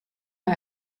mei